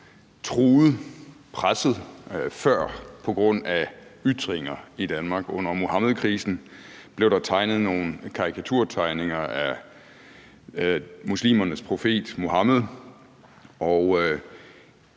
truet før, presset før på grund af ytringer i Danmark. Under Muhammedkrisen blev der tegnet nogle karikaturtegninger af muslimernes profet Muhammed,